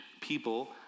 people